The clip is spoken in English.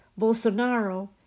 Bolsonaro